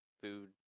food